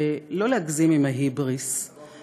לא להגזים עם ההיבריס,